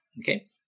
Okay